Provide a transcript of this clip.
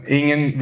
ingen